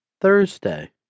Thursday